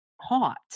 hot